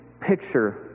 picture